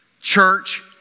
Church